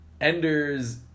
Enders